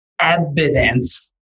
evidence